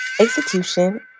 execution